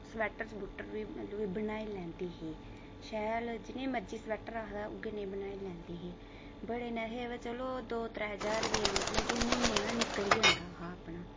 sweater स्वूटर बी मतलब कि बनाई लैंदी ही शैल जनेह् मर्जी स्वैटर आखदा उ'ऐ नेह् बनाई लैंदी ही बड़े नेहे वा चलो दो त्रै ज्हार रपेआ मतलब कि म्हीने दा निकली जंदा हा अपना